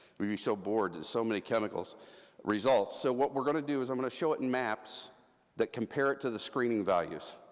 we'd be so bored, there's so many chemical results. so what we're going to do is i'm going to show it in maps that compare it to the screening values.